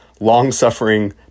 long-suffering